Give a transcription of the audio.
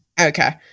Okay